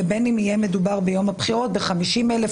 ובין אם יהיה מדובר ביום הבחירות ב-50 אלף.